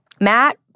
Matt